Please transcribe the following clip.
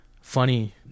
funny